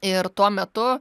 ir tuo metu